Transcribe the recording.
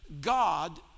God